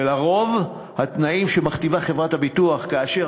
ועל-פי רוב התנאים שמכתיבה חברת הביטוח כאשר